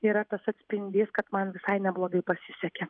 yra tas atspindys kad man visai neblogai pasisekė